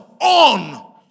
on